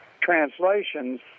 translations